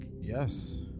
Yes